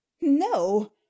no